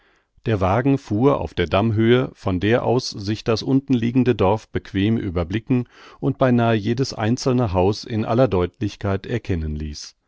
der wagen fuhr auf der dammhöhe von der aus sich das unten liegende dorf bequem überblicken und beinah jedes einzelne haus in aller deutlichkeit erkennen ließ